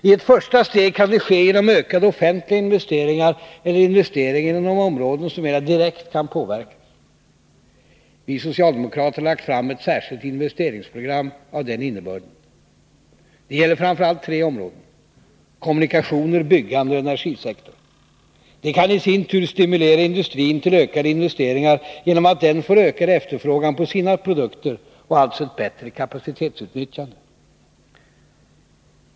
I ett första steg kan det ske genom ökade offentliga investeringar eller investeringar inom områden som mera direkt kan påverkas. Vi socialdemokrater har lagt fram ett särskilt investeringsprogram av denna innebörd. Det gäller framför allt tre områden - kommunikationerna, byggandet och energisektorn. Detta kan i sin tur stimulera industrin till ökade investeringar genom att den får ökad efterfrågan på sina produkter och alltså ett bättre kapacitetsutnyttjande.